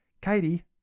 Katie